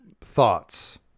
thoughts